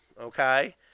Okay